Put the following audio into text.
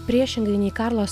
priešingai nei karlas